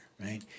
right